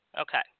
Okay